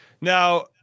Now